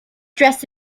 dressed